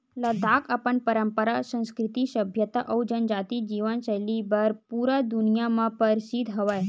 लद्दाख अपन पंरपरा, संस्कृति, सभ्यता अउ जनजाति जीवन सैली बर पूरा दुनिया म परसिद्ध हवय